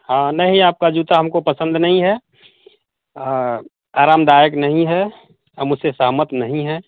हाँ नहीं आपका जूता हमको पसंद नहीं है आरामदायक नहीं है हम उससे सहमत नहीं हैं